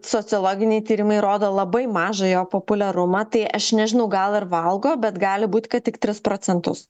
sociologiniai tyrimai rodo labai mažą jo populiarumą tai aš nežinau gal ir valgo bet gali būt kad tik tris procentus